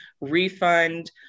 refund